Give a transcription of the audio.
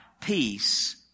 peace